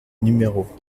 numéros